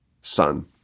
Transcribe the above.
son